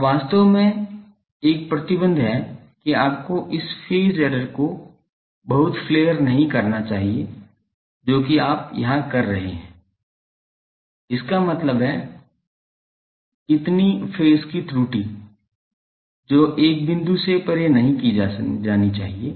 अब वास्तव में एक प्रतिबंध है कि आपको इस फेज एरर को बहुत फ्लेअर नहीं करना चाहिए जो की आप आप यहां क्या कह रहे हैं इसका मतलब है इतनी फेज की त्रुटि जो एक बिंदु से परे नहीं जानी चाहिए